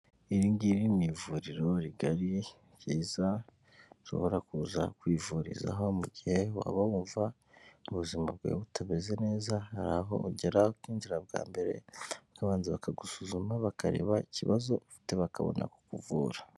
Iri ngiri ni ivuriro rigari ryiza, ushobora kuza kuzakwivurizaho mu mu gihe waba wumva ubuzima bwawe butameze neza, hari aho ugera ukinjira bwa mbere, bakabanza bakagusuzuma bakareba ikibazo ufite bakabona kukuvura.